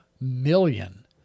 million